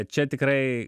čia tikrai